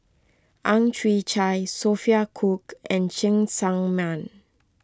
Ang Chwee Chai Sophia Cooke and Cheng Tsang Man